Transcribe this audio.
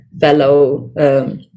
fellow